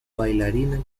bailarina